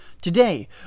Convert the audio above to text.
Today